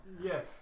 yes